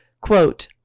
Quote